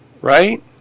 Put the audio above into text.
right